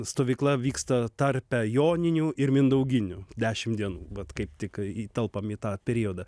stovykla vyksta tarpe joninių ir mindauginių dešim dienų vat kaip tik įtelpam į tą periodą